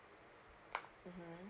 mmhmm